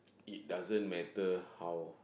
it doesn't matter how